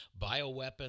bioweapon